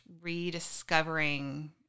rediscovering